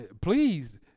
Please